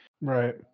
Right